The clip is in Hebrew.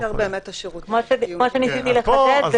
זה יותר באמת השירותים החיוניים --- כמו שניסיתי לחדד,